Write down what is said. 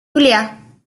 julia